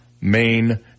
main